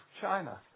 China